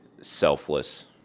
selfless